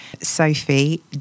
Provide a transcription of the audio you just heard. Sophie